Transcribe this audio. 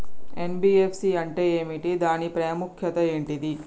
NBFC అంటే ఏమిటి దాని ప్రాముఖ్యత ఏంటిది?